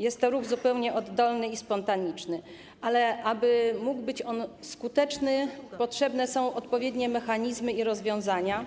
Jest to ruch zupełnie oddolny i spontaniczny, ale aby mógł być skuteczny, potrzebne są odpowiednie mechanizmy i rozwiązania,